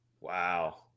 Wow